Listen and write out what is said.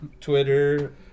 Twitter